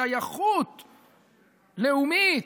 שייכות לאומית,